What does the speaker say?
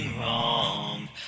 wrong